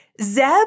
Zeb